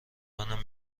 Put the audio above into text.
منم